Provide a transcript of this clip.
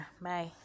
bye